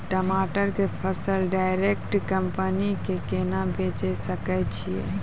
टमाटर के फसल डायरेक्ट कंपनी के केना बेचे सकय छियै?